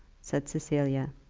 said cecilia.